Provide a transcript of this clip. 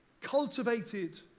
cultivated